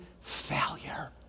failure